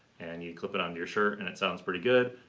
and you clip it on your shirt and it sounds pretty good,